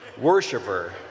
worshiper